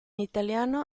italiano